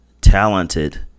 talented